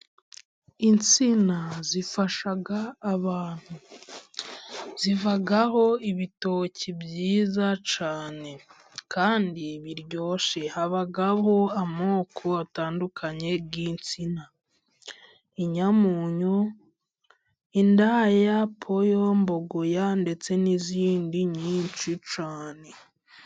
Insina zifasha abantu, zivaho ibitoki byiza cyane kandi biryoshye, habaho amoko atandukanye y'insina inyamunyu, indaya, poyo, mbogoya ndetse n'izindi nyinshi cyane.